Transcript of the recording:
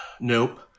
Nope